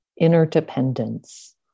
interdependence